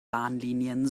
bahnlinien